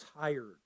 tired